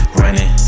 running